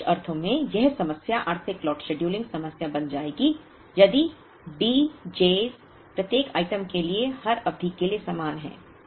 अब कुछ अर्थों में यह समस्या आर्थिक लॉट शेड्यूलिंग समस्या बन जाएगी यदि Dj's प्रत्येक आइटम के लिए हर अवधि के लिए समान हैं